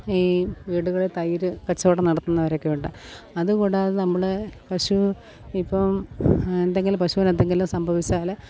ഈ വീടുകളിൽ തൈര് കച്ചവടം നടത്തുന്നവരൊക്കെയുണ്ട് അതുകൂടാതെ നമ്മുടെ പശു ഇപ്പം എന്തെങ്കിലും പശുവിന് എന്തെങ്കിലും സംഭവിച്ചാൽ